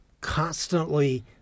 constantly